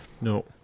no